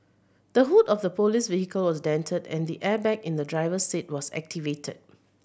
the hood of the police vehicle was dented and the airbag in the driver's seat was activated